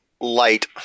Light